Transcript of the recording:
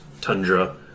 tundra